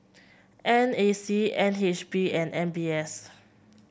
N A C N H B and M B S